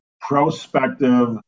prospective